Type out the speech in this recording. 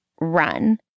Run